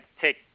take